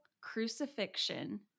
crucifixion